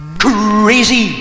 crazy